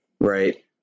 right